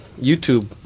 YouTube